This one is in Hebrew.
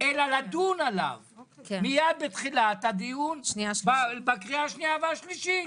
אלא לדון עליו מיד בתחילת הדיון בקריאה השנייה והשלישית.